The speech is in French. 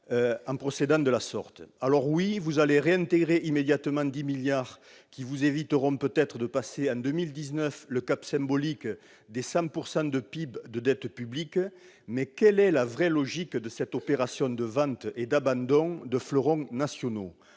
pour l'État ? Certes, vous allez réintégrer immédiatement 10 milliards d'euros qui vous éviteront peut-être de passer en 2019 le cap symbolique des 100 % de PIB de dette publique, mais quelle est la véritable logique de cette opération de vente et d'abandon de fleurons nationaux ?